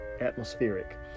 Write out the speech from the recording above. atmospheric